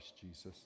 Jesus